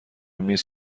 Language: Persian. میز